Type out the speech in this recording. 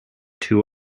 two